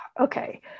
okay